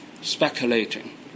speculating